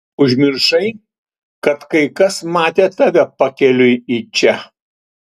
užmiršai kad kai kas matė tave pakeliui į čia